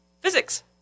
physics